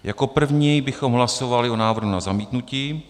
Jako první bychom hlasovali o návrhu na zamítnutí.